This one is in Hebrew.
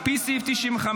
על פי סעיף 95(א),